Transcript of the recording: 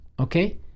okay